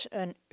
een